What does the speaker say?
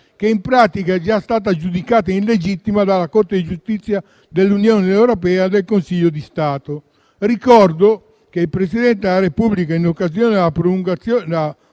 che in pratica è già stata giudicata illegittima dalla Corte di giustizia dell'Unione europea e dal Consiglio di Stato. Ricordo che il Presidente della Repubblica, in occasione della